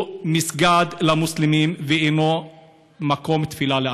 הוא מסגד למוסלמים ואינו מקום תפילה לאחרים.